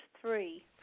three